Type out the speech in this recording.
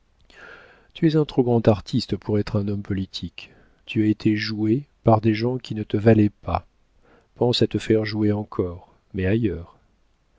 tu es un trop grand artiste pour être un homme politique tu as été joué par des gens qui ne te valaient pas pense à te faire jouer encore mais ailleurs